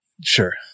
Sure